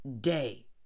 day